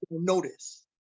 notice